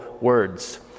words